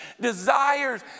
desires